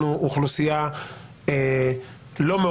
רק תאמרו לנו באיזה סעיף אני לא נכנס